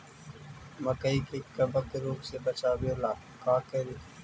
मकई के कबक रोग से बचाबे ला का करि?